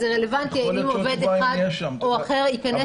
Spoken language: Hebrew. אז זה רלוונטי אם עובד אחד או אחר ייכנס למשמרת.